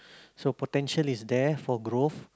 so potential is there for growth